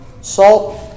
salt